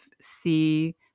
see